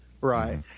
Right